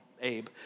Abe